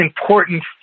important